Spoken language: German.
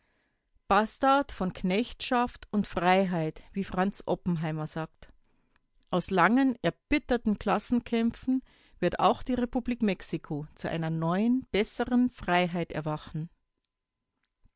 bastard von knechtschaft und freiheit wie franz oppenheimer sagt aus langen erbitterten klassenkämpfen wird auch die republik mexiko zu einer neuen besseren freiheit erwachen